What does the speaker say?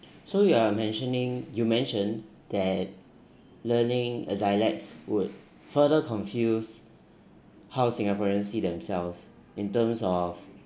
so you are mentioning you mention that learning a dialect would further confuse how singaporean see themselves in terms of